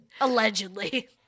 Allegedly